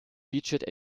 featured